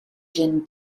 jin